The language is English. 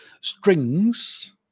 Strings